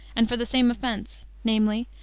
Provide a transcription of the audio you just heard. and for the same offense, namely,